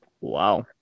Wow